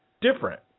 different